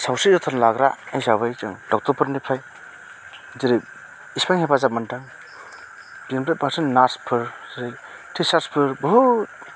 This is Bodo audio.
सावस्रि जोथोन लाग्रा हिसाबै जों डक्टरफोरनिफ्राइ जेरै इसिबां हेफाजाब मोनदों बिनिफ्राइ बांसिन नार्चफोर जेरै टिचार्सफोर बुहुत